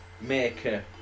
maker